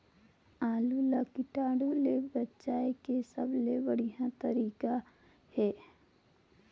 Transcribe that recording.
आलू ला कीटाणु ले बचाय के सबले बढ़िया तारीक हे?